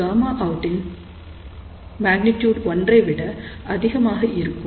Γout ன் மாக்னிடுயூட் ஒன்றை விட அதிகமாக இருக்கும்